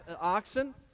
oxen